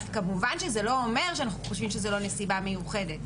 אז כמובן שזה לא אומר שאנחנו חושבים שזאת לא נסיבה מיוחדת,